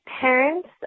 parents